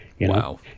Wow